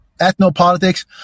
ethnopolitics